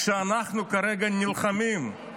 כשאנחנו כרגע נלחמים,